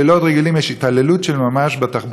בלילות רגילים יש התעללות תחבורתית